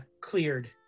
cleared